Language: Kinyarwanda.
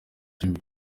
jimmy